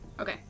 okay